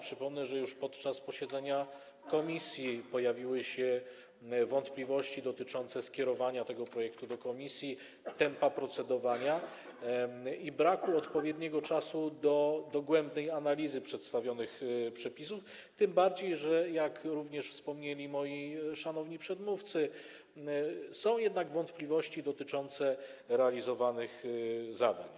Przypomnę, że już podczas posiedzenia komisji pojawiły się wątpliwości dotyczące skierowania tego projektu do komisji, tempa procedowania i braku odpowiedniego czasu na dogłębną analizę przedstawionych przepisów, tym bardziej że jak również wspomnieli moi szanowni przedmówcy, są jednak wątpliwości dotyczące realizowanych zadań.